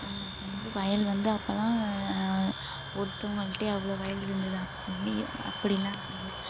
இப்போ வந்து வயல் வந்து அப்போல்லாம் ஒருத்தங்கள்ட்டயே அவ்வளோ வயல் இருந்தது அப்படி அப்படிலாம் அப்போ இல்லை